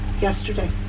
yesterday